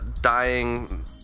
dying